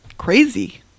crazy